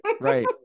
Right